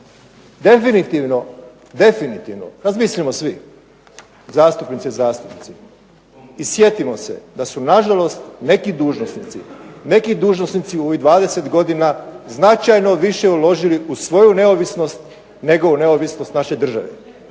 Definitivno razmislimo svi zastupnice i zastupnici i sjetimo se da su nažalost neki dužnosnici, neki dužnosnici u ovih 20 godina značajno više uložili u svoju neovisnost nego u neovisnost naše države.